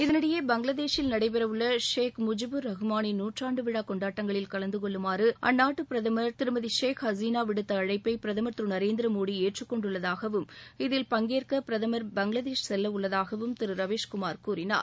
இதனிடையே பங்களாதேஷுல் நடைபெறவுள்ள ஷேக் முஜுபூர் ரகுமானின் நுற்றாண்டுவிழா கொண்டாட்டங்களில் கலந்து கொள்ளுமாறு அந்நாட்டு பிரதமா் திருமதி ஷேக் ஹசீனா விடுத்த அளழப்ப பிரதமர் திரு நரேந்திர மோடி ஏற்றுக் கொண்டுள்ளதாகவும் இதில் பங்கேற்க பிரதமர் பங்களாதேஷ் செல்லவுள்ளதாகவும் திரு ரவீஸ் குமார் கூறினார்